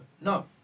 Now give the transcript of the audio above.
no